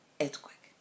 earthquake